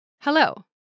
Hello